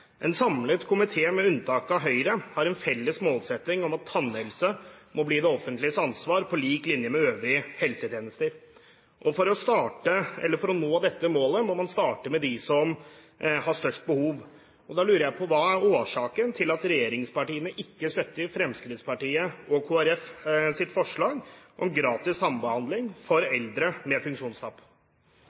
En samlet komité, med unntak av Høyre, har en felles målsetting om at tannhelse må bli det offentliges ansvar på lik linje med øvrige helsetjenester. For å nå dette målet må man starte med dem som har størst behov. Da lurer jeg på: Hva er årsaken til at regjeringspartiene ikke støtter Fremskrittspartiet og Kristelig Folkepartis forslag om gratis tannbehandling for eldre med funksjonstap?